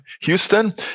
Houston